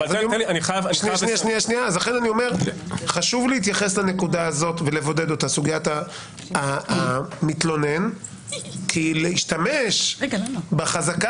לכן חשוב להתייחס לנקודה של סוגיית המתלונן ולבודד אותה כי להשתמש בחזקה